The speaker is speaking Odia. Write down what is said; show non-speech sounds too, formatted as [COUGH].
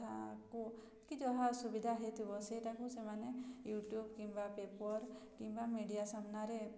[UNINTELLIGIBLE] କି ଯାହା ଅସୁବିଧା ହେଇଥିବ ସେଇଟାକୁ ସେମାନେ ୟୁଟ୍ୟୁବ୍ କିମ୍ବା ପେପର୍ କିମ୍ବା ମିଡ଼ିଆ ସାମ୍ନାରେ